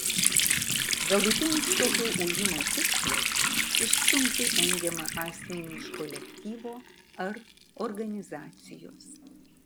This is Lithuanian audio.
galutinis tokio ujimo tikslas išstumti engiamą asmenį iš kolektyvo ar organizacijos